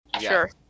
sure